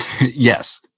Yes